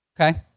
Okay